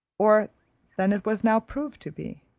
or than it was now proved to be.